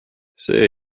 see